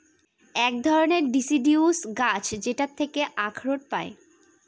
এক ধরনের ডিসিডিউস গাছ যেটার থেকে আখরোট পায়